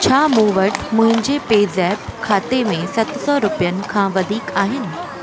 छा मूं वटि मुंहिंजे पे ज़ेप्प खाते में सत सौ रुपियनि खां वधीक आहिनि